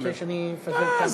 אתה רוצה שאני אפזר את ההפגנה?